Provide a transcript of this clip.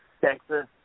Texas